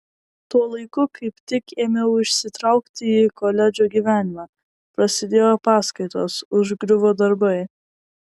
tuo laiku kaip tik ėmiau įsitraukti į koledžo gyvenimą prasidėjo paskaitos užgriuvo darbai